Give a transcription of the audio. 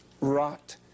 rot